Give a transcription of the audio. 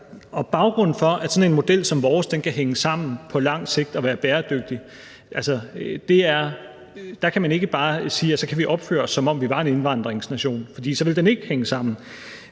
Baggrunden for, at sådan en model som vores kan hænge sammen på lang sigt og være bæredygtig, er, at man ikke bare kan sige, at vi kan opføre os, som om vi var en indvandrernation, for så ville den ikke hænge sammen.